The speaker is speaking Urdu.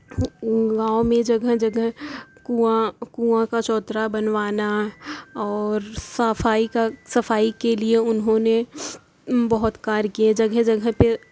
گاؤں میں جگہ جگہ کنواں کنواں کا چوترا بنوانا اور صفائی کا صفائی کے لیے انہوں نے بہت کار کیے جگہ جگہ پہ